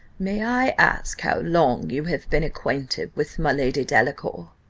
may i ask how long you have been acquainted with my lady delacour?